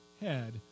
head